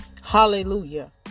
hallelujah